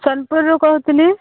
ସୋନପୁରରୁ କହୁଥିଲି